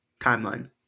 timeline